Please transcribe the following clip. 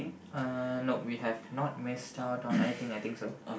uh nope we have not missed out on anything I think so